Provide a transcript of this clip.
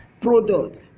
product